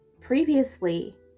previously